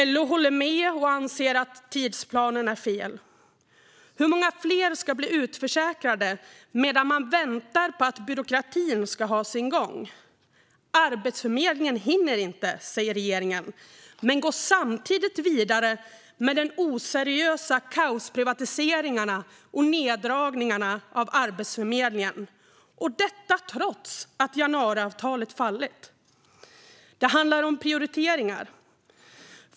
LO håller med och anser att tidsplanen är fel. Hur många fler ska bli utförsäkrade medan man väntar på att byråkratin ska ha sin gång? Arbetsförmedlingen hinner inte, säger regeringen - men går samtidigt vidare med de oseriösa kaosprivatiseringarna och neddragningarna av Arbetsförmedlingen, och detta trots att januariavtalet fallit. Det handlar om prioriteringar.